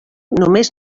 només